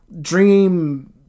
dream